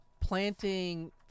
planting